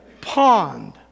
pond